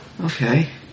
okay